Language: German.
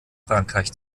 frankreich